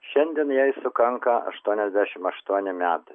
šiandien jai sukanka aštuoniasdešim aštuoni metai